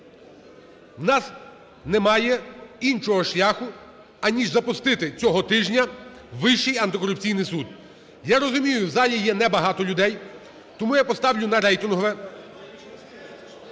У нас немає іншого шляху, аніж запустити цього тижня Вищий антикорупційний суд. Я розумію, в залі є небагато людей, тому я поставлю на рейтингове.